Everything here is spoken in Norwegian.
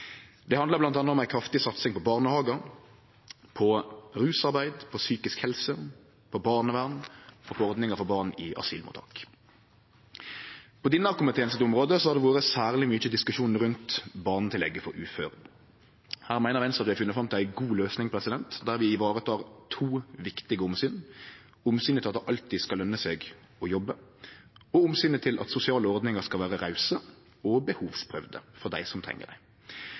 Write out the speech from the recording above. Det handlar bl.a. om ei kraftig satsing på barnehagar, på rusarbeid, på psykisk helse, på barnevern og på ordningar for barn i asylmottak. På denne komiteens område har det vore særleg mykje diskusjon rundt barnetillegget for uføre. Her meiner Venstre at vi har funne fram til ei god løysing, der vi tek vare på to viktige omsyn, nemleg omsynet til at det alltid skal løne seg å jobbe, og omsynet til at sosiale ordningar skal vere rause og behovsprøvde for dei som treng